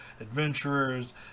adventurers